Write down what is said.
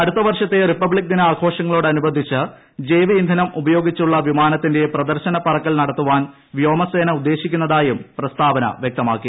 അടുത്ത വർഷത്തെ റിപ്പബ്ലിക് ദിന ആഘോഷങ്ങളോട് അനുബന്ധിച്ച് ജൈവ ഇന്ധനം ഉപയോഗിച്ചുള്ള വിമാനത്തിന്റെ പ്രദർശന പറക്കൽ നടത്താൻ വ്യോമസ്പ്രേന ഉദ്ദേശിക്കുന്നതായും പ്രസ്താവന വ്യക്തമാക്കി